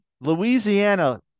louisiana